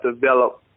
develop